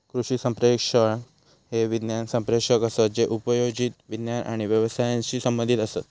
कृषी संप्रेषक हे विज्ञान संप्रेषक असत जे उपयोजित विज्ञान आणि व्यवसायाशी संबंधीत असत